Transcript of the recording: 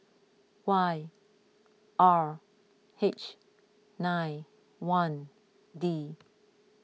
Y R H nine one D